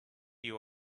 you